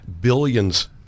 billions